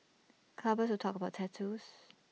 clubbers who talk about tattoos